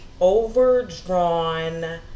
overdrawn